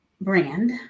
Brand